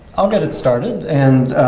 i'll get it started. and